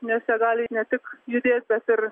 nes jie gali ne tik judėt bet ir